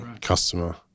customer